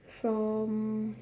from